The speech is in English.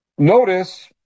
Notice